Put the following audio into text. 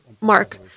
mark